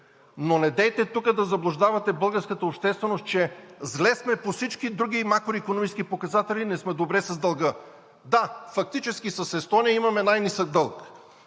Но недейте тук да заблуждавате българската общественост, че сме зле по всички други макроикономически показатели, но сме добре с дълга. Да, фактически с Естония имаме най-нисък дълг.